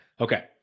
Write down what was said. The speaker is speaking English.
Okay